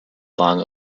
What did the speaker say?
long